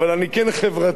ואולי יותר ממנו,